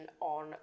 on